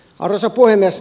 arvoisa puhemies